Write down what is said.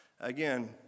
again